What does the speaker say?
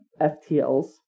FTLs